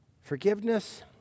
Forgiveness